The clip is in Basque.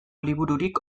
libururik